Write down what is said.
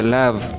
love